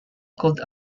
called